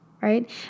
right